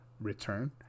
return